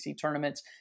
tournaments